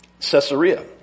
Caesarea